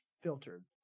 filtered